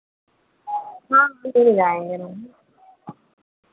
हाँ मिल जाएँगे मैम